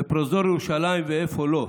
בפרוזדור ירושלים ואיפה לא?